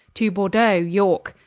to burdeaux yorke,